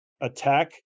attack